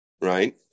right